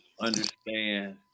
understand